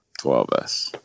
12S